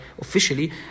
officially